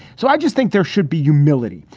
so i just think there should be humility.